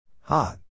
Hot